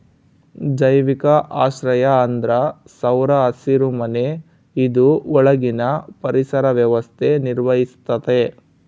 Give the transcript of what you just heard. ಜೈವಿಕ ಆಶ್ರಯ ಅಂದ್ರ ಸೌರ ಹಸಿರುಮನೆ ಇದು ಒಳಗಿನ ಪರಿಸರ ವ್ಯವಸ್ಥೆ ನಿರ್ವಹಿಸ್ತತೆ